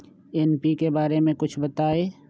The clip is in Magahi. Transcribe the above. एन.पी.के बारे म कुछ बताई?